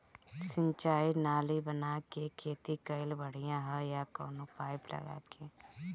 सिंचाई नाली बना के खेती कईल बढ़िया ह या कवनो पाइप लगा के?